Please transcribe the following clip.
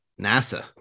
NASA